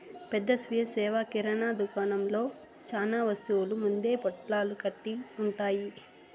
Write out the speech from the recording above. పెద్ద స్వీయ సేవ కిరణా దుకాణంలో చానా వస్తువులు ముందే పొట్లాలు కట్టి ఉంటాయి